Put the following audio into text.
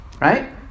right